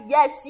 Yes